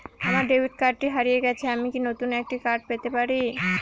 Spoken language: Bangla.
আমার ডেবিট কার্ডটি হারিয়ে গেছে আমি কি নতুন একটি কার্ড পেতে পারি?